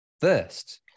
first